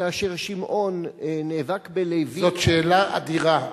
כאשר שמעון נאבק בלוי, זאת שאלה אדירה.